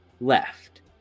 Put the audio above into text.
left